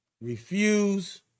Refuse